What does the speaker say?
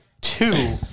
two